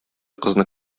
кызны